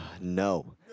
No